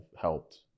helped